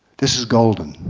this is golden.